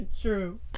True